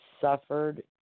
suffered